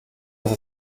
dass